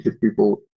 people